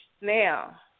now